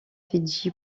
fidji